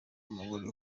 umugore